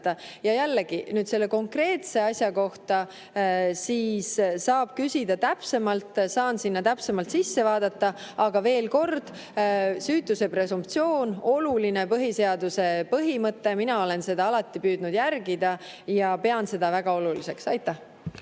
jällegi, selle konkreetse asja kohta saab küsida täpsemalt, saan sinna täpsemalt sisse vaadata. Aga veel kord: süütuse presumptsioon, oluline põhiseaduse põhimõte – mina olen seda alati püüdnud järgida ja pean seda väga oluliseks. Aitäh!